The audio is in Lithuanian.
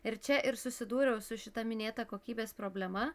ir čia ir susidūriau su šita minėta kokybės problema